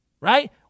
right